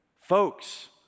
Folks